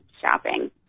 shopping